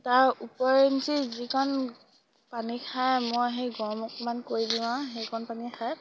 তাৰ ওপৰঞ্চি যিকণ পানী খাই মই সেই গৰম অকণমান কৰি দিওঁ আৰু সেইকণ পানীয়ে খাই